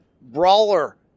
brawler